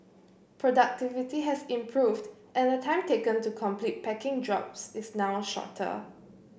productivity has improved and the time taken to complete packing jobs is now shorter